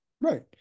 Right